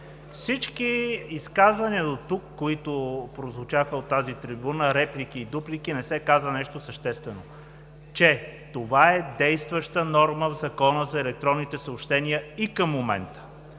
всички изказвания дотук, които прозвучаха от тази трибуна – реплики и дуплики, не се каза нещо съществено. Това е действаща норма в Закона за електронните съобщения и към момента.